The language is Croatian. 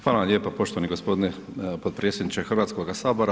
Hvala vam lijepo poštovani gospodine potpredsjedniče Hrvatskoga sabora.